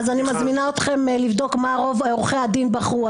אז מזמינה אתכם לבדוק מה רוב עורכי הדין בחרו.